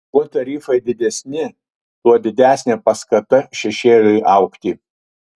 kuo tarifai didesni tuo didesnė paskata šešėliui augti